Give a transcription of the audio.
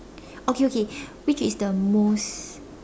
okay okay which is the most